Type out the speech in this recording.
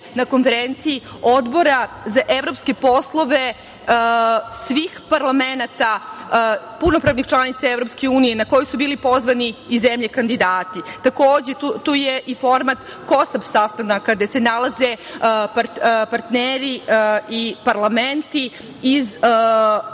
na konferenciji Odbora za evropske poslove svih parlamenta, punopravnih članica Evropske unije na koju su bili pozvani i zemlje kandidati. Takođe, tu je i format KOSAP sastanak gde se nalaze partneri i parlamenti iz regiona